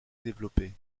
développés